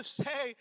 say